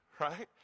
right